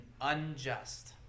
unjust